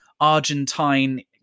Argentine